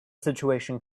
situation